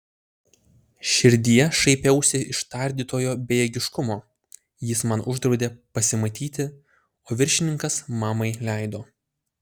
širdyje šaipiausi iš tardytojo bejėgiškumo jis man uždraudė pasimatyti o viršininkas mamai leido